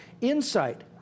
insight